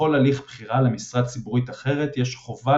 ובכל הליך בחירה למשרה ציבורית אחרת יש חובה